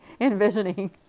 envisioning